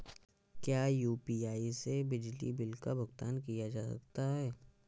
क्या यू.पी.आई से बिजली बिल का भुगतान किया जा सकता है?